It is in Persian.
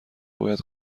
باید